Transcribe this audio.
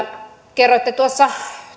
kerroitte tuossa